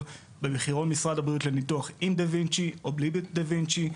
במחירון משרד הבריאות לניתוח עם דה וינצ'י או בלי דה וינצ'י.